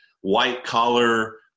white-collar